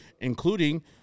including